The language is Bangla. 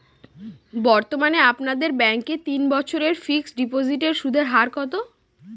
বর্তমানে আপনাদের ব্যাঙ্কে তিন বছরের ফিক্সট ডিপোজিটের সুদের হার কত?